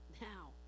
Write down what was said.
Now